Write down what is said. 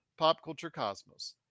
PopCultureCosmos